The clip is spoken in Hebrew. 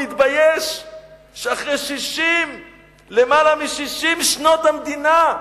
מתבייש שאחרי למעלה מ-60 שנות המדינה,